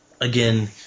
Again